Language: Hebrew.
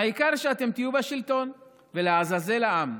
העיקר שאתם תהיו בשלטון, ולעזאזל העם.